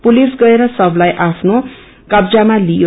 पुलिसल गएर शवलाई आफ्नो कब्जामा लियो